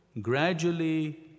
gradually